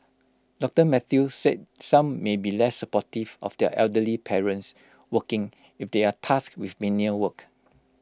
doctor Mathew said some may be less supportive of their elderly parents working if they are tasked with menial work